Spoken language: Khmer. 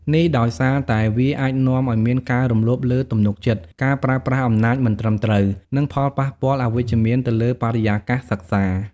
នេះដោយសារតែវាអាចនាំឱ្យមានការរំលោភលើទំនុកចិត្ត ការប្រើប្រាស់អំណាចមិនត្រឹមត្រូវ និងផលប៉ះពាល់អវិជ្ជមានទៅលើបរិយាកាសសិក្សា។